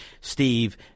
Steve